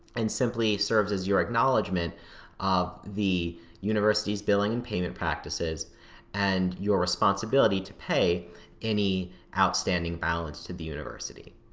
and simply serves as your acknowledgment of the university's billing and payment practices and your responsibility to pay any outstanding balance to the university.